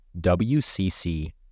WCC